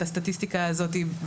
את הסטטיסטיקה הזאתי,